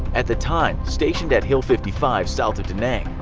at the time stationed at hill fifty five south of da nang.